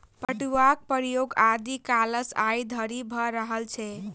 पटुआक प्रयोग आदि कालसँ आइ धरि भ रहल छै